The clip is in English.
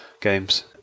games